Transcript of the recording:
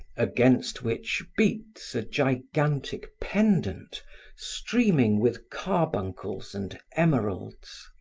against which beats a gigantic pendant streaming with carbuncles and emeralds.